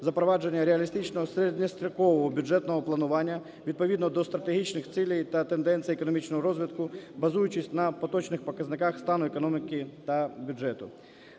запровадження реалістичного середньострокового бюджетного планування відповідно до стратегічних цілей та тенденцій економічного розвитку, базуючись на поточних показниках стану економіки та бюджету.